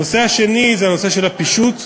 הנושא השני זה הנושא של הפישוט.